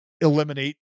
eliminate